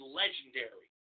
legendary